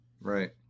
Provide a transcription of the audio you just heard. right